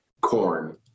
corn